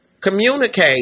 Communicate